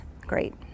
great